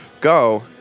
go